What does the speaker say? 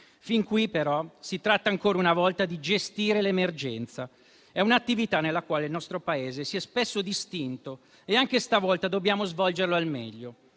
Fin qui, però, si tratta ancora una volta di gestire l'emergenza. È un'attività nella quale il nostro Paese si è spesso distinto e anche stavolta dobbiamo svolgerla al meglio,